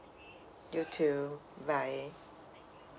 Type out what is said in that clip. you too bye